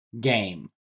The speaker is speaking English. game